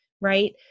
right